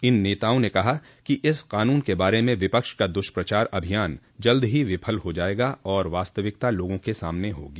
इन नेताओं ने कहा कि इस कानून के बारे में विपक्ष का दुष्प्रचार अभियान जल्द ही विफल हो जायेगा और वास्तविकता लोगों के सामने होगी